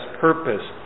purpose